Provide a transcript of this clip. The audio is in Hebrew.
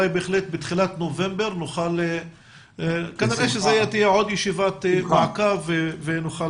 אולי בהחלט בתחילת נובמבר תהיה עוד ישיבת מעקב ונוכל